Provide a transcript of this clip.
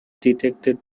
detected